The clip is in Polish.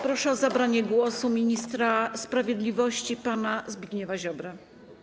Proszę o zabranie głosu ministra sprawiedliwości pana Zbigniewa Ziobrę.